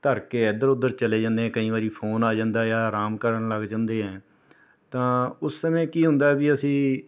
ਧਰ ਕੇ ਇੱਧਰ ਉੱਧਰ ਚਲੇ ਜਾਂਦੇ ਹਾਂ ਕਈ ਵਾਰੀ ਫੋਨ ਆ ਜਾਂਦਾ ਜਾਂ ਆਰਾਮ ਕਰਨ ਲੱਗ ਜਾਂਦੇ ਹਾਂ ਤਾਂ ਉਸ ਸਮੇਂ ਕੀ ਹੁੰਦਾ ਵੀ ਅਸੀਂ